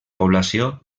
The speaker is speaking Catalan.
població